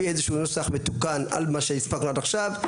נביא איזשהו נוסח מתוקן על מה שהספקנו עד עכשיו.